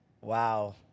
Wow